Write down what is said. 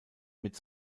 mit